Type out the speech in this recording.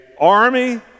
army